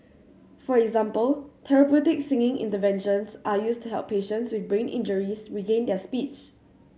for example therapeutic singing interventions are used to help patients with brain injuries regain their speech